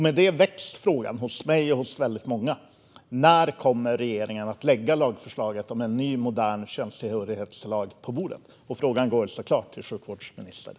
Med det väcks frågan hos mig och väldigt många andra: När kommer regeringen att lägga lagförslaget om en ny, modern könstillhörighetslag på bordet? Frågan går såklart till sjukvårdsministern.